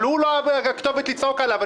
אבל הוא לא הכתובת לצעוק עליו.